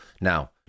Now